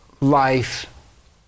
life